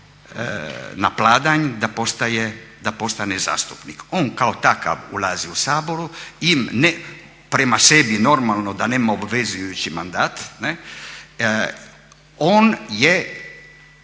na pladanj da postane zastupnik. On kao takav ulazi u Sabor i prema sebi normalno da nema obvezujući mandat, on je,